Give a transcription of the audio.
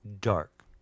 dark